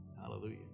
Hallelujah